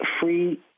free